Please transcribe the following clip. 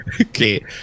Okay